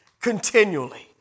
continually